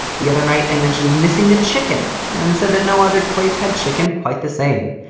the other night i mentioned missing the chicken and said that no other place had chicken quite the same.